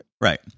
Right